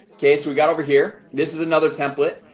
okay, so we got over here this is another template.